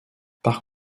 par